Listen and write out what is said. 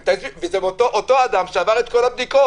זה אותו אדם שעבר את כל הבדיקות.